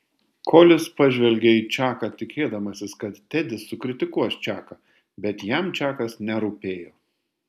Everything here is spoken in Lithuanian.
kolis pažvelgė į čaką tikėdamasis kad tedis sukritikuos čaką bet jam čakas nerūpėjo